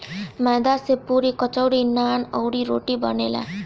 मैदा से पुड़ी, कचौड़ी, नान, अउरी, रोटी बनेला